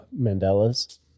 Mandela's